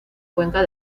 cuenca